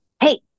hey